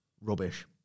rubbish